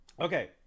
Okay